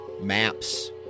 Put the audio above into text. maps